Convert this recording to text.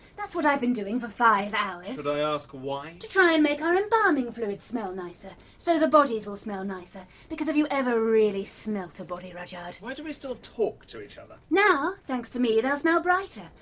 that's what i've been doing. for five hours. should i ask why? to try and make our embalming fluid smell nicer. so the bodies will smell nicer. because have you ever really smelt a body, rudyard? why do we still talk to each other? now, thanks to me, they'll smell brighter.